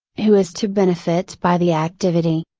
who is to benefit by the activity?